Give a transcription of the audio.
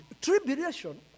tribulation